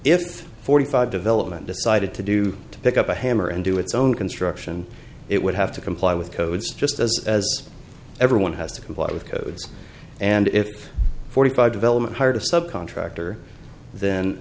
if forty five development decided to do to pick up a hammer and do its own construction it would have to comply with codes just as everyone has to comply with codes and if forty five development hired a subcontractor th